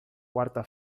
quarta